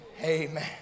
Amen